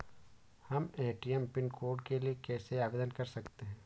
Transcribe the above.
हम ATM pin code के लिए कैसे आवेदन कर सकते हैं?